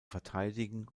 verteidigen